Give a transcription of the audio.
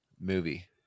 movie